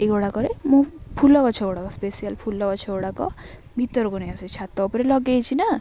ଏଗୁଡ଼ାକରେ ମୁଁ ଫୁଲ ଗଛଗୁଡ଼ାକ ସ୍ପେସିଆଲ୍ ଫୁଲ ଗଛଗୁଡ଼ାକ ଭିତରକୁ ନେଇ ଆସି ଛାତ ଉପରେ ଲଗାଇଛି ନା